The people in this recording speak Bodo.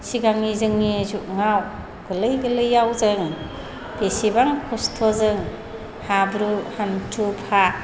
सिगांनि जोंनि जुगाव गोरलै गोरलैआव जों बेसेबां खस्थ'जों हाब्रु हान्थुफा